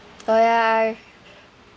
oh ya